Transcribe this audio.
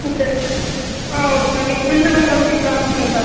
okay ஆ okay sir நீங்க பில்லெல்லாம் எல்லாம் டீட்டெய்ல்லாக அனுப்ச்சிடுங்க சார்